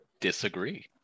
disagree